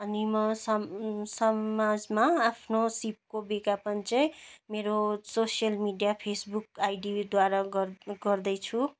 अनि म समाजमा आफ्नो सिपको विज्ञापन चाहिँ मेरो सोसियल मिडिया फेसबुक आइडीद्वारा गर् गर्दैछु